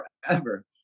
forever